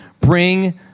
Bring